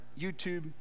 YouTube